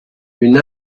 une